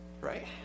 Right